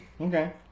Okay